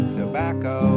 tobacco